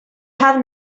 had